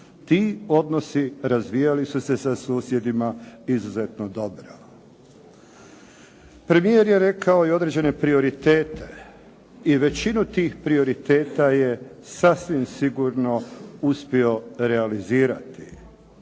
Ti odnosi razvijali su se sa susjedima izuzetno dobro. Premijer je rekao i određene prioritete i većinu tih prioriteta je sasvim sigurno uspio realizirati.